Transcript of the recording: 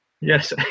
Yes